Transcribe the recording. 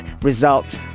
results